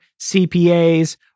CPAs